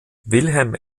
wilhelm